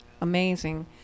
amazing